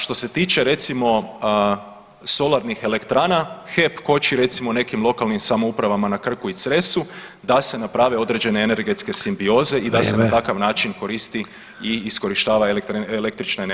Što se tiče recimo solarnih elektrana, HEP koči recimo nekim lokalnim samoupravama na Krku i Cresu da se naprave određene energetske simbioze i da se [[Upadica Sanader: Vrijeme.]] na takav način koristi i iskorištava električna energija.